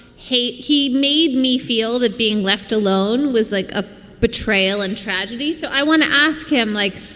hey, he made me feel that being left alone was like a betrayal and tragedy. so i want to ask him, like,